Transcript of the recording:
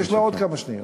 יש לי עוד כמה שניות.